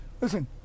Listen